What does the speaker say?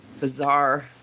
bizarre